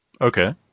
Okay